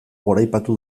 goraipatu